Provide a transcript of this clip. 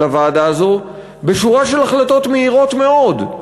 הוועדה הזאת בשורה של החלטות מהירות מאוד,